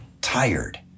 tired